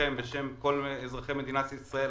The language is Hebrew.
בשם כל אזרחי מדינת ישראל,